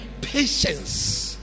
patience